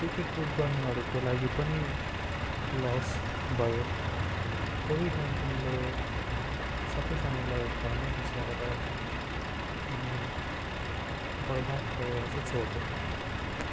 ticket book गर्नेहरूको लागि पनि लस भयो कोविड नाइन्टिनले सबैजनालाई घरमै बसाएर अनि बर्बाद गरेर चाहिँ छोड्दियो